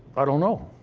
i don't know.